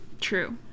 True